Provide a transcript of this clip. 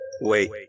Wait